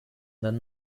than